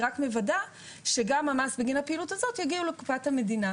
היא רק מוודא שגם המס בגין הפעילות הזאת יגיע לקופת המדינה.